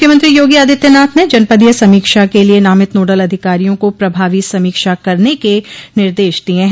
मुख्यमंत्री योगी आदित्यनाथ ने जनपदीय समीक्षा क लिए नामित नोडल अधिकारियों को प्रभावी समीक्षा करने के निर्देश दिये ह